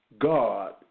God